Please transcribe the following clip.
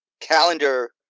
calendar